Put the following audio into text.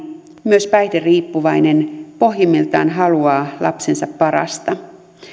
myös päihderiippuvainen pohjimmiltaan haluaa lapsensa parasta